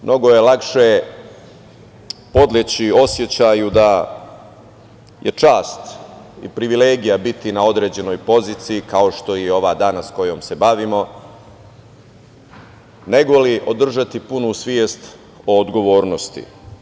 Mnogo je lakše podleći osećaju da je čast i privilegija biti na određenoj poziciji, kao što je i ova danas kojom se bavimo, nego li održati punu svest o odgovornosti.